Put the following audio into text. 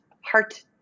heart